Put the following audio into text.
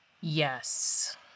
Yes